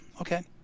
Okay